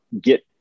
get